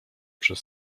przez